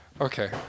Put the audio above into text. Okay